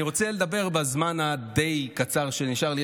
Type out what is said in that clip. אני רוצה לדבר בזמן הדי-קצר שנשאר לי,